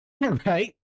Right